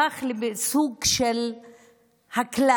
והוא הפך לסוג של הכלל,